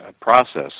process